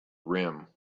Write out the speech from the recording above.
rim